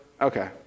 Okay